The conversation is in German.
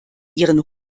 ihren